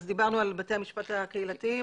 אז דיברנו על בתי המשפט הקהילתיים,